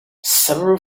several